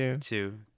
Two